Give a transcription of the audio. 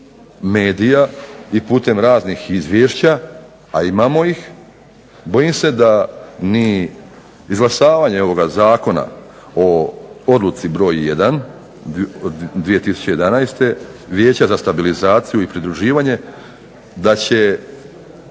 medija i putem raznih izvješća, a imamo ih. Bojim se da ni izglasavanje ovoga Zakona o Odluci br. 1/2011 Vijeća za stabilizaciju i pridruživanje da će